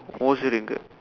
mostly Ringgit